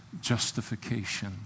Justification